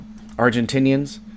Argentinians